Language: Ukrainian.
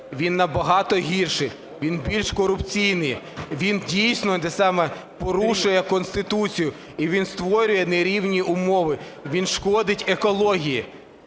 він набагато гірший, він більш корупційний. Він дійсно саме порушує Конституцію, і він створює нерівні умови, він шкодить екології.